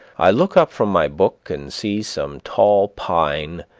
i look up from my book and see some tall pine,